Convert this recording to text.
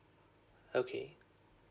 okay